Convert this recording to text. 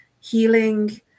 healing